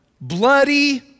bloody